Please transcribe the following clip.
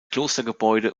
klostergebäude